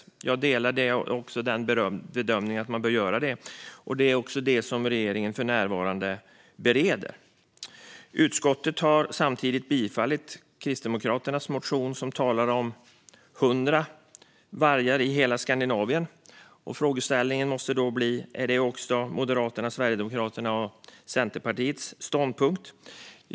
Jag delar bedömningen att man bör göra det. Det är också det som regeringen för närvarande bereder. Utskottet har samtidigt bifallit Kristdemokraternas motion, som talar om 100 vargar i hela Skandinavien. Frågan måste då bli om det också är Moderaternas, Sverigedemokraternas och Centerpartiets ståndpunkt.